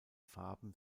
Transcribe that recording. farben